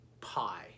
pie